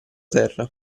terra